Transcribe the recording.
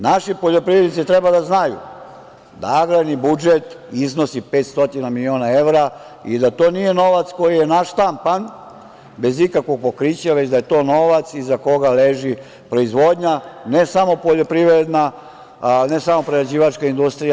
Naši poljoprivrednici treba da znaju da agrarni budžet iznosi 500 miliona evra i da to nije novac koji je naštampan bez ikakvog pokrića već da je to novac iza koga leži proizvodnja ne samo poljoprivredna, ne samo prerađivačka industrija.